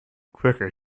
quicker